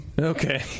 Okay